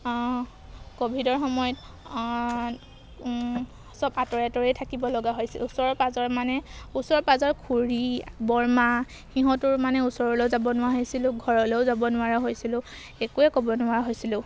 ক'ভিডৰ সময়ত চব আঁতৰে আঁতৰেই থাকিব লগা হৈছিল ওচৰৰ পাঁজৰ মানে ওচৰৰ পাঁজৰ খুৰী বৰমা সিহঁতৰ মানে ওচৰলৈও যাব নোৱাৰিছিলোঁ ঘৰলৈও যাব নোৱাৰা হৈছিলোঁ একোৱে ক'ব নোৱাৰা হৈছিলোঁ